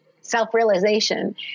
self-realization